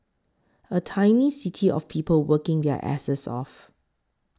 a tiny city of people working their asses off